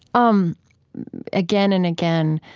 um again and again,